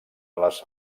les